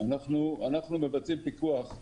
אנחנו מבצעים פיקוח.